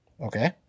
Okay